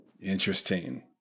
Interesting